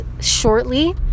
shortly